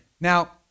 Now